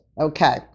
okay